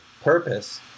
purpose